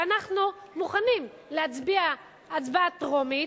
ואנחנו מוכנים להצביע הצבעה טרומית,